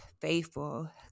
faithful